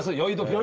ah yeouido.